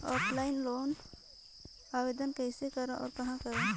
Offline loan आवेदन कइसे करो और कहाँ करो?